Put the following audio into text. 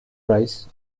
bryce